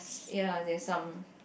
ya there's some